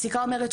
הפסיקה אומרת,